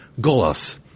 Golos